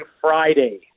Friday